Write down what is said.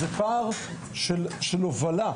זה פער של הובלה,